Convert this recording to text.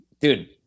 dude